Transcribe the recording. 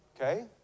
Okay